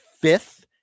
fifth